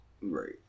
Right